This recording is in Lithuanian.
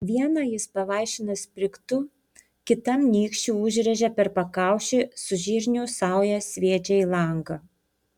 vieną jis pavaišina sprigtu kitam nykščiu užrėžia per pakaušį su žirnių sauja sviedžia į langą